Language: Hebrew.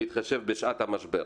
בהתחשב בשעת המשבר?